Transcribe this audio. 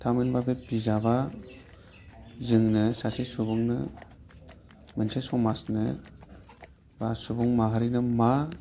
थामहिन्बा बे बिजाबा जोंनो सासे सुबुंनो मोनसे समाजनो बा सुबुं माहारिनो मा